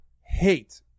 hate